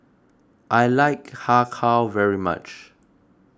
I like Har Kow very much